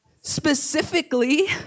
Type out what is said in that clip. Specifically